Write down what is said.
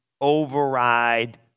override